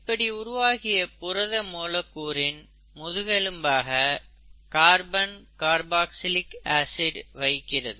இப்படி உருவாகிய புரத மூலக்கூறின் முதுகெலும்பாக கார்பன் கர்பாக்ஸிலிக் ஆசிட் வகிக்கிறது